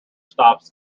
stops